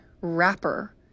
wrapper